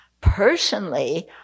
personally